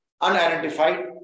unidentified